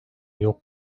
yok